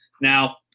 Now